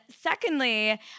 secondly